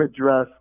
address